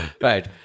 Right